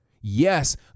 Yes